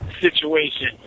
situation